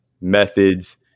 methods